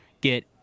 get